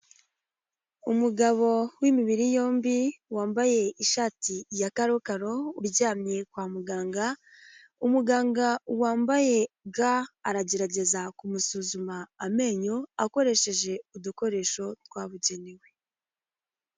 Umugabo w'imibiri yombi wambaye ishati ya Karokaro uryamye kwa muganga, umuganga wambaye ga aragerageza kumusuzuma amenyo akoresheje udukoresho twabugenewe.